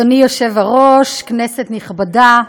אדוני היושב-ראש, כנסת נכבדה,